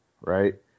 right